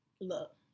look